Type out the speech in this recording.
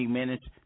minutes